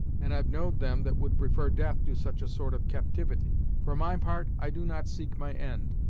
and i've know'd them that would prefar death to such a sort of captivity. for my part, i do not seek my end,